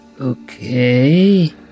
Okay